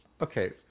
Okay